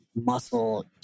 muscle